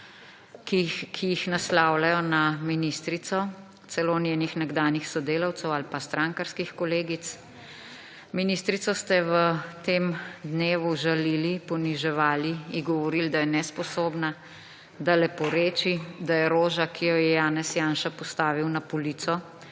ki jih naslavljajo na ministrico, celo njenih nekdanjih sodelavcev ali pa strankarskih kolegic. Ministrico ste v tem dnevu žalili, poniževali, ji govorili, da je nesposobna, da leporeči, da je roža, ki jo je Janez Janša postavil na polico,